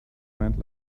friend